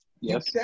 Yes